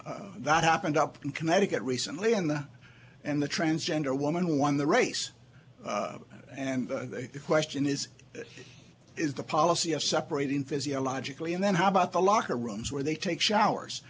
and that happened up in connecticut recently in the and the transgender woman won the race and the question is this is the policy of separating physiologically and then how about the locker rooms where they take showers